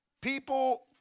people